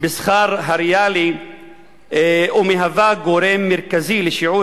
בשכר הריאלי ומהווה גורם מרכזי לשיעור